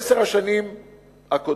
בעשר השנים הקודמות,